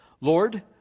Lord